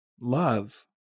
love